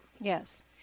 yes